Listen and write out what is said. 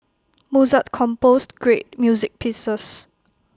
Mozart composed great music pieces